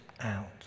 out